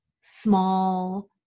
small